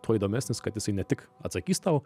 tuo įdomesnis kad jisai ne tik atsakys tau